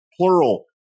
plural